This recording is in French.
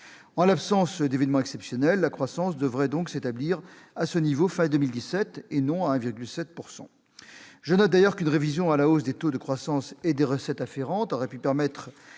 En l'absence d'événement exceptionnel, la croissance française devrait donc s'établir à ce niveau fin 2017, et non à 1,7 %. Je note qu'une révision à la hausse du taux de croissance et des recettes afférentes aurait pu permettre